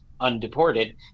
undeported